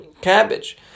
cabbage